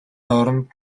оронд